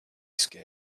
scare